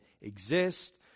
exist